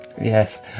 Yes